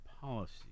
policy